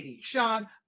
Sean